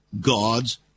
God's